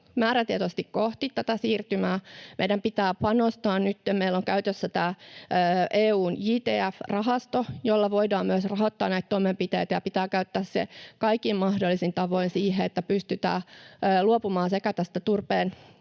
määrätietoisesti kohti tätä siirtymää, ja meidän pitää panostaa: nyt jo meillä on käytössä tämä EU:n JTF-rahasto, jolla voidaan myös rahoittaa näitä toimenpiteitä. Pitää käyttää se kaikin mahdollisin tavoin siihen, että sekä pystytään luopumaan tästä turpeen